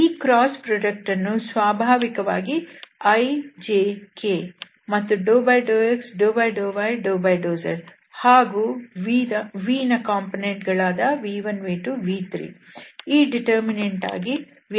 ಈ ಕ್ರಾಸ್ ಉತ್ಪನ್ನವನ್ನು ಸ್ವಾಭಾವಿಕವಾಗಿ i j kಮತ್ತು ∂x ∂y ∂zಹಾಗೂ v ನ ಕಾಂಪೊನೆಂಟ್ ಗಳು v1 v2 v3 ಈ ಡಿಟರ್ಮಿನಂಟ್ ಆಗಿ ವ್ಯಾಖ್ಯಾನಿಸಬಹುದು